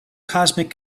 cosmic